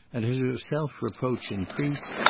and as her self-reproach increased,